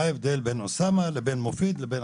מה ההבדל בין אוסאמה לבין מופיד לאחרים?